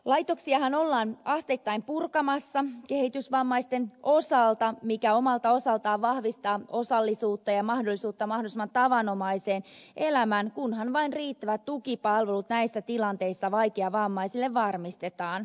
laitoksiahan ollaan asteittain purkamassa kehitysvammaisten osalta mikä omalta osaltaan vahvistaa osallisuutta ja mahdollisuutta mahdollisimman tavanomaiseen elämään kunhan vain riittävät tukipalvelut näissä tilanteissa vaikeavammaisille varmistetaan